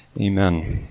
Amen